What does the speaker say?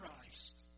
Christ